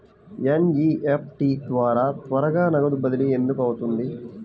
NEFT ద్వారా త్వరగా నగదు బదిలీ ఎందుకు అవుతుంది?